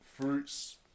fruits